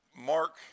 Mark